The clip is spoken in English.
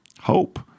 Hope